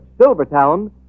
Silvertown